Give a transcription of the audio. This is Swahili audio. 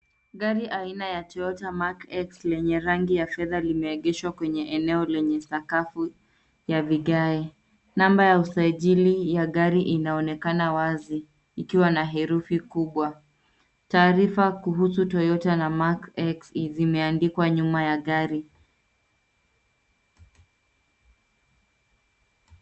Gari aina ya Toyota Mark X lenye rangi ya fedha limeegeshwa kwenye eneo lenye sakafu ya vigae. Namba ya usajili ya gari inaonekana wazi ikiwa na herufi kubwa. Taarifa kuhusu Toyota na Mark X zimeandikwa nyuma ya gari.